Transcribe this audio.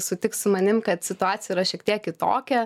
sutiks su manim kad situacija yra šiek tiek kitokia